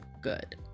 good